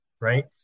Right